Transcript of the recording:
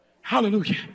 Hallelujah